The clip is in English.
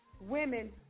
women